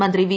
മന്ത്രി ഡോ